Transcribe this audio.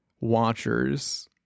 watchers